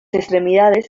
extremidades